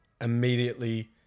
immediately